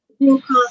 Broadcast